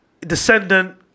descendant